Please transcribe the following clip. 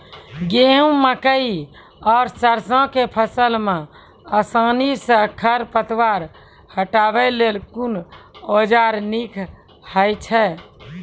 गेहूँ, मकई आर सरसो के फसल मे आसानी सॅ खर पतवार हटावै लेल कून औजार नीक है छै?